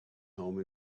home